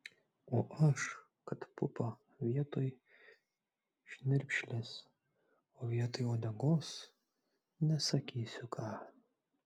o aš kad pupą vietoj šnirpšlės o vietoj uodegos nesakysiu ką